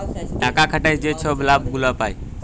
টাকা খাটায় যে ছব লাভ গুলা পায়